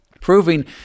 proving